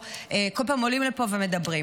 כל פעם עולים לפה ומדברים.